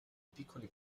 piccoli